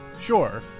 sure